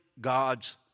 God's